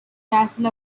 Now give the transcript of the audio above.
castle